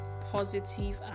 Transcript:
positive